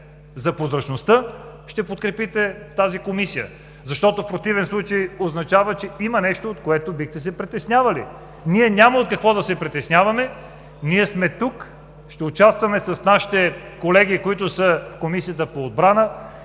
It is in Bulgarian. за прозрачността, ще подкрепите тази Комисия. В противен случай означава, че има нещо, от което бихте се притеснили. Ние няма от какво да се притесняваме. Ние сме тук и ще участваме с нашите колеги от Комисията по отбрана.